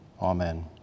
Amen